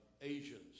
Asians